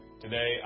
today